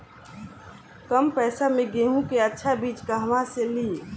कम पैसा में गेहूं के अच्छा बिज कहवा से ली?